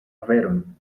veron